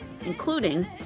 including